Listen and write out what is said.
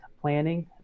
planning